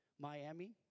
Miami